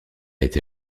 été